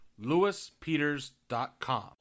LewisPeters.com